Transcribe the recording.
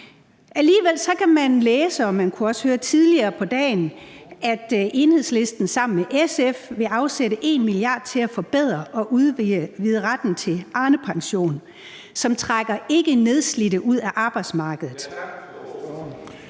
tidligere på dagen – at Enhedslisten sammen med SF vil afsætte 1 mia. kr. til at forbedre og udvide retten til Arnepensionen, som trækker ikkenedslidte ud af arbejdsmarkedet.